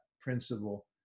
principle